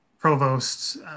provosts